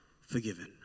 forgiven